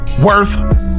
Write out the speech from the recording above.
Worth